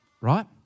right